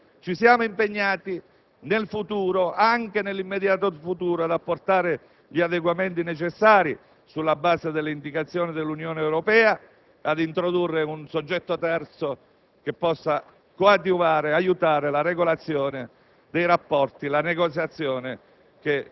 discusso approfonditamente, ad apportare nel futuro (anche nell'immediato futuro) gli adeguamenti necessari, sulla base delle indicazioni dell'Unione europea, a introdurre un soggetto terzo che possa coadiuvare la regolazione dei